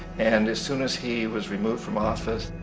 and as soon as he was removed from office,